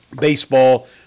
baseball